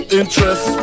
interest